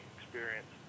experience